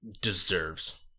deserves